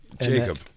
Jacob